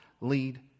lead